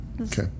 okay